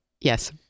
Yes